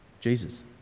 Jesus